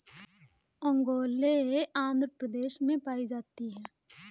ओंगोले आंध्र प्रदेश में पाई जाती है